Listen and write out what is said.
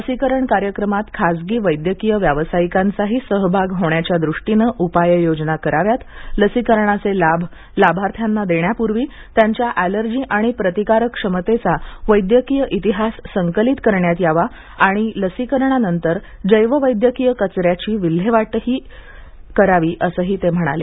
लसीकरण कार्यक्रमात खाजगी वैद्यकीय व्यावसायिकांचाही सहभाग होण्याच्या दृष्टीने उपाययोजना कराव्यात लसीकरणाचे लाभ लाभार्थ्यांना देण्यापूर्वी त्यांच्या एलर्जी आणि प्रतिकारक्षमतेचा वैद्यकीय इतिहास संकलित करण्यात यावा आणि लसीकरणानंतर जैववैद्यकीय कचऱ्याच्या विल्हेवाटीच्याही उपाययोजना कराव्यात असेही ते म्हणाले